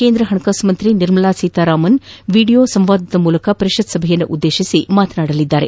ಕೇಂದ್ರ ಹಣಕಾಸು ಸಚಿವೆ ನಿರ್ಮಲಾ ಸೀತಾರಾಮನ್ ವಿಡಿಯೋ ಸಂವಾದದ ಮೂಲಕ ಪರಿಷತ್ ಸಭೆಯನ್ನುದ್ದೇಶಿಸಿ ಮಾತನಾಡಲಿದ್ದಾರೆ